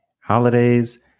Holidays